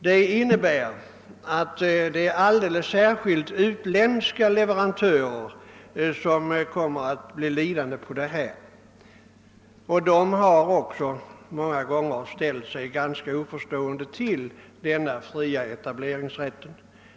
Detta innebär att det alldeles särskilt är utländska leverantörer som kommer att bli lidande, och man har på det hållet många gånger ställt sig ganska oförstående till denna fria etableringsrätt.